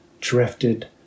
drifted